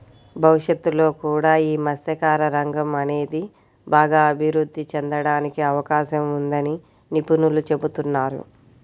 భవిష్యత్తులో కూడా యీ మత్స్యకార రంగం అనేది బాగా అభిరుద్ధి చెందడానికి అవకాశం ఉందని నిపుణులు చెబుతున్నారు